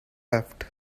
left